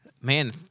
Man